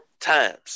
times